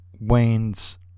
Wayne's